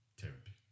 Therapy